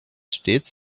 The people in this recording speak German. stets